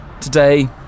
today